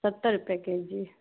सत्तर रुपये के जी